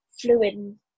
fluid